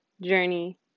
journey